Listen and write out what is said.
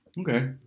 Okay